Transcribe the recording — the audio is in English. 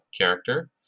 character